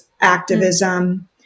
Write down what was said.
activism